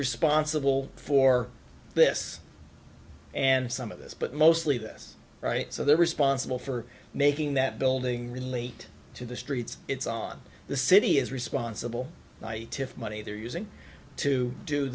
responsible for this and some of this but mostly this right so they're responsible for making that building really to the streets it's on the city is responsible if money they're using to do